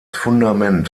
fundament